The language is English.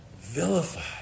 vilified